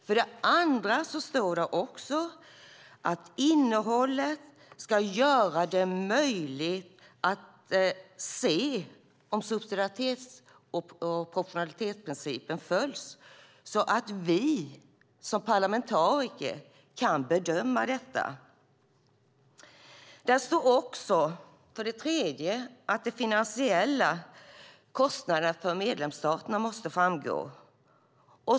För det andra står där också att innehållet ska göra det möjligt att se om subsidiaritets och proportionalitetsprincipen följs så att vi som parlamentariker kan bedöma detta. För det tredje står där att de finansiella kostnaderna för medlemsstaterna måste framgå.